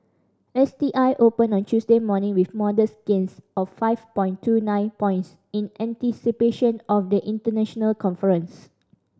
S T I opened on Tuesday morning with modest gains of five point two nine points in anticipation of the international conference